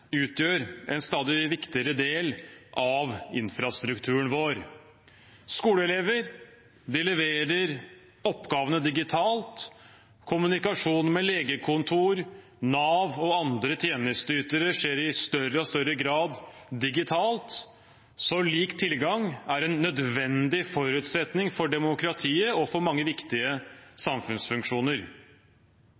utgjør en stadig viktigere del av infrastrukturen vår. Skoleelever leverer oppgavene digitalt. Kommunikasjon med legekontor, Nav og andre tjenesteytere skjer i større og større grad digitalt. Så lik tilgang er en nødvendig forutsetning for demokratiet og for mange viktige